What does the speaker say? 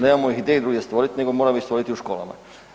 Nemamo ih gdje drugdje stvoriti nego moramo ih stvoriti u školama.